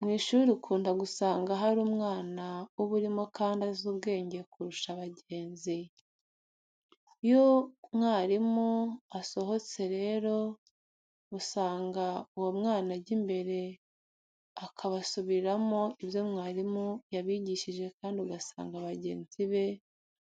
Mu ishuri ukunda gusanga hari umwana uba urimo kandi azi ubwenge kurusha bagenzi. Iyo mwarimu asohotse rero usanga uwo mwana ajya imbere akabasubiriramo ibyo mwarimu yabigishije kandi ugasanga bagenzi be